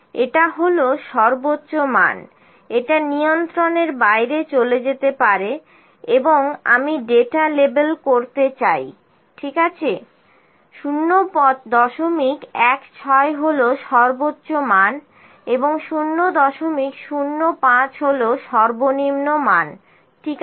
এটা হল সর্বোচ্চ মান এটা নিয়ন্ত্রণের বাইরে চলে যেতে পারে এবং আমি ডেটা লেবেল করতে চাই ঠিক আছে 016 হল সর্বোচ্চ মান এবং 005 হল সর্বনিম্ন মান ঠিক আছে